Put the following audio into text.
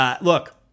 Look